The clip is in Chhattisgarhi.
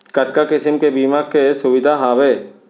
कतका किसिम के बीमा के सुविधा हावे?